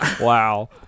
Wow